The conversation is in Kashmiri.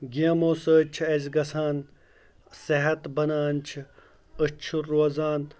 گیمو سۭتۍ چھِ اَسہِ گژھان صحت بَنان چھِ أسۍ چھِ روزان